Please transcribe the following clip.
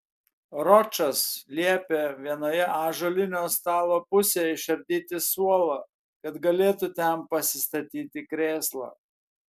ročas liepė vienoje ąžuolinio stalo pusėje išardyti suolą kad galėtų ten pasistatyti krėslą